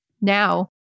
Now